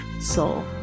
soul